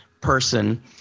person